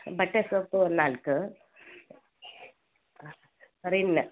ಬಟ್ಟೆ ಸೋಪು ಒಂದು ನಾಲ್ಕು ರಿನ್